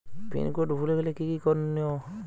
Pin code ভুলে গেলে কি কি করনিয়?